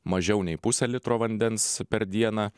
mažiau nei pusę litro vandens per dieną